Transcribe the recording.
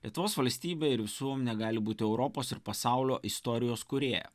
lietuvos valstybė ir visuomenė gali būti europos ir pasaulio istorijos kūrėja